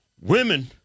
Women